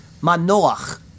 manoach